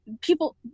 people